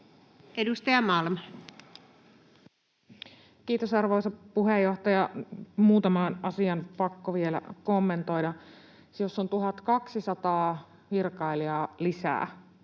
Edustaja Malm. Kiitos, arvoisa puheenjohtaja! Muutamaan asiaan pakko vielä kommentoida. Jos on 1 200 virkailijaa lisää